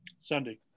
Sunday